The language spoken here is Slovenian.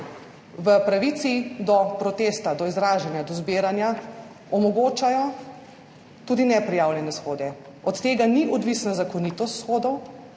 v pravici do protesta, do izražanja, do zbiranja omogočajo tudi neprijavljene shode. Od tega ni odvisna zakonitost shodov,